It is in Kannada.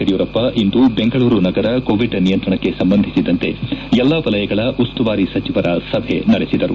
ಯಡಿಯೂರಪ್ಪ ಇಂದು ಬೆಂಗಳೂರು ನಗರ ಕೋವಿಡ್ ನಿಯಂತ್ರಣಕ್ಕೆ ಸಂಬಂಧಿಸಿದಂತೆ ಎಲ್ಲಾ ವಲಯಗಳ ಉಸ್ತುವಾರಿ ಸಚಿವರ ಸಭೆ ನಡೆಸಿದರು